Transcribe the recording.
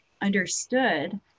understood